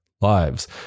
lives